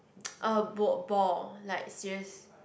bo~ ball like serious